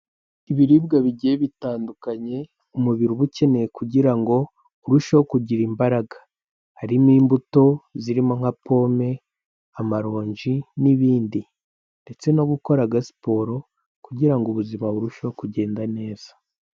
Ibiribwa bigiye bitandukanye umubiri uba ukeneye kugira ngo urusheho kugira imbaraga, harimo imbuto zirimo nka pome, amaronji n'ibindi ndetse no gukora agasiporo kugira ngo ubuzima burusheho kugenda neza.